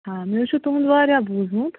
ہاں مےٚ حظ چھُ تُہُنٛد وارِیاہ بوٗزمُت